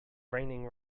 raining